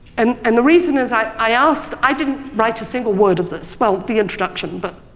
and and the reason is i i asked i didn't write a single word of this, well the introduction but